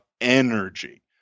energy